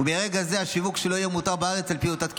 ומרגע זה השיווק שלו יהיה מותר בארץ על פי אותה תקינה.